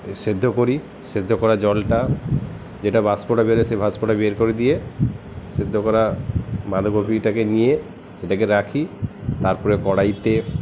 সেদ্ধ করি সেদ্ধ করা জলটা যেটা বাষ্পটা বেরোয় সেই বাষ্পটা বের করে দিয়ে সেদ্ধ করা বাঁধাকপিটাকে নিয়ে সেটাকে রাখি তারপরে কড়াইতে